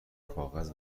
کاغذ